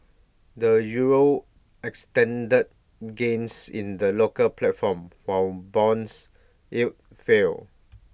the euro extended gains in the local platform while bonds yields fell